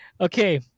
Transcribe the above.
Okay